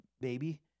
baby